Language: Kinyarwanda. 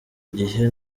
gihe